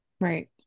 right